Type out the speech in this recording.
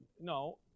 No